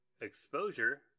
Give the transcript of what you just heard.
exposure